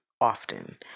often